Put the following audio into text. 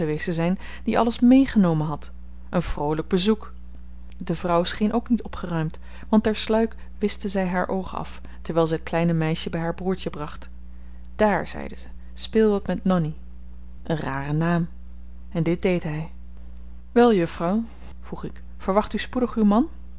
zijn die alles meegenomen had een vroolyk bezoek de vrouw scheen ook niet opgeruimd want ter sluik wischte zy haar oog af terwyl zy t kleine meisje by haar broertje bracht dààr zeide zy speel wat met nonni een rare naam en dit deed hy wel juffrouw vroeg ik verwacht u spoedig uw man